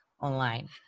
online